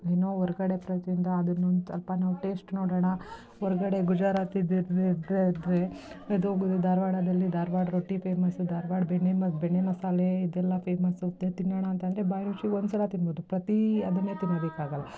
ಏನೋ ಹೊರಗಡೆ ಅದನ್ನೊಂದು ಸ್ವಲ್ಪ ನಾವು ಟೇಶ್ಟ್ ನೋಡೋಣ ಹೊರಗಡೆ ಗುಜರಾತಿ ಇದು ಧಾರವಾಡದಲ್ಲಿ ಧಾರವಾಡ ರೊಟ್ಟಿ ಫೇಮಸ್ಸು ಧಾರವಾಡ ಬೆಣ್ಣೆ ಮ ಬೆಣ್ಣೆ ಮಸಾಲೆ ಇದೆಲ್ಲ ಫೇಮಸ್ಸು ತಿನ್ನೋಣ ಅಂತ ಅಂದ್ರೆ ಬಾಯಿ ರುಚಿಗೆ ಒಂದ್ಸಲ ತಿನ್ಬೋದು ಪ್ರತಿ ಅದನ್ನೇ ತಿನ್ನೋದಕ್ಕಾಗೋಲ್ಲ